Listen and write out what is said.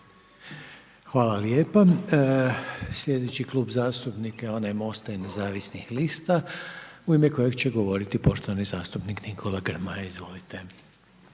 Hvala lijepa. Sljedeći Klub zastupnika je onaj Mosta i nezavisnih lista u ime kojeg će govoriti poštovani zastupnik Nikola Grmoja. Izvolite.